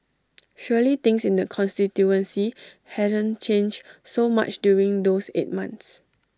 surely things in the constituency haven't changed so much during those eight months